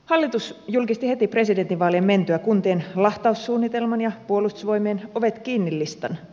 hallitus julkisti heti presidentinvaalien mentyä kuntien lahtaussuunnitelman ja puolustusvoimien ovet kiinni listan